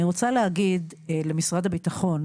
אני רוצה להגיד למשרד הביטחון.